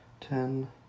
Ten